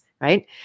right